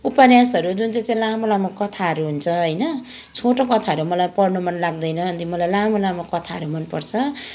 उपन्यासहरू जुन चाहिँ चाहिँ लामो लामो कथाहरू हुन्छ होइन छोटो कथाहरू मलाई पढ्नु मन लाग्दैन अन्त लामो लामो कथाहरू मनपर्छ